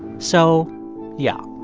so yeah,